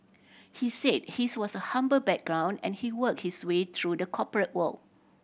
he said his was a humble background and he work his way through the corporate world